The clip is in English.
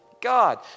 God